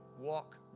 walk